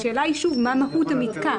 השאלה היא שוב מה מהות המתקן.